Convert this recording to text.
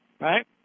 right